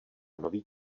nový